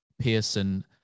Pearson